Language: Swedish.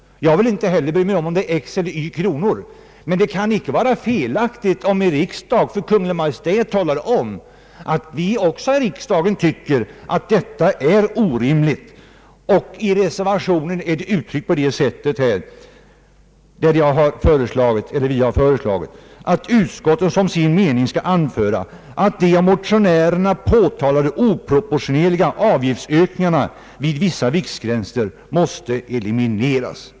Jag bryr mig inte heller om ifall det är x eller y kronor, men det kan icke vara felaktigt om riksdagen för Kungl. Maj:t talar om att också riksdagen anser att denna taxepolitik är orimlig. I reservationen har vi föreslagit att utskottet som sin mening anför »att de av motionärerna påtalade oproportionerliga avgiftsökningarna vid vissa viktgränser måste elimineras».